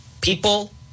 People